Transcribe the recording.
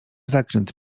zakręt